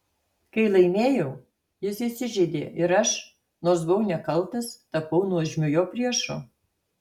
kai laimėjau jis įsižeidė ir aš nors buvau nekaltas tapau nuožmiu jo priešu